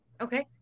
Okay